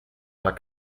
war